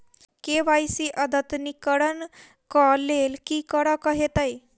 KYC अद्यतनीकरण कऽ लेल की करऽ कऽ हेतइ?